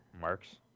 Marks